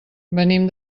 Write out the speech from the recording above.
venim